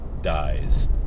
dies